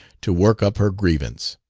to work up her grievance.